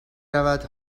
رود